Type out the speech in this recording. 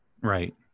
Right